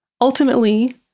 Ultimately